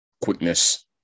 quickness